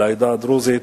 לעדה הדרוזית,